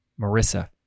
Marissa